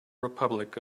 republic